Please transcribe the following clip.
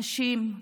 נשים,